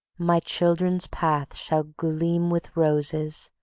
my children's path shall gleam with roses,